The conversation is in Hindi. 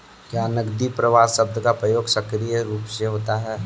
क्या नकदी प्रवाह शब्द का प्रयोग संकीर्ण रूप से होता है?